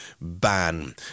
ban